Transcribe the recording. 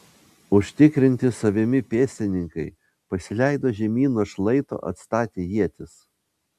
užtikrinti savimi pėstininkai pasileido žemyn nuo šlaito atstatę ietis